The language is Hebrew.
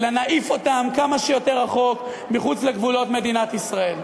אלא נעיף אותם כמה שיותר רחוק מחוץ לגבולות מדינת ישראל.